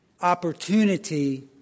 opportunity